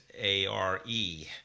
A-R-E